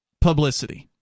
publicity